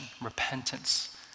repentance